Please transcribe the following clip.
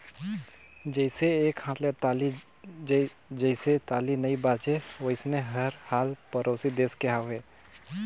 जइसे एके हाथ ले जइसे ताली नइ बाजे वइसने हाल हर परोसी देस के हवे